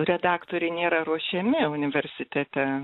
redaktoriai nėra ruošiami universitete